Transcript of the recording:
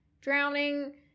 drowning